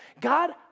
God